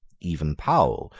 even powell,